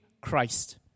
Christ